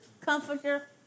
comforter